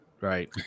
right